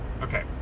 okay